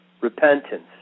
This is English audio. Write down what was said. repentance